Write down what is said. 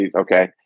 Okay